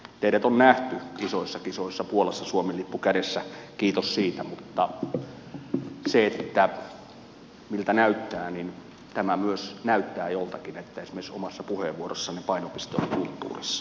teidät on nähty isoissa kisoissa puolassa suomen lippu kädessä kiitos siitä mutta se että miltä näyttää niin tämä myös näyttää joltakin että esimerkiksi omassa puheenvuorossanne painopiste oli kulttuurissa